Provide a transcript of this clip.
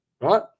Right